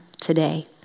today